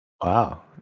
Wow